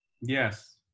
yes